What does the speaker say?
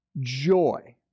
joy